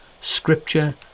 scripture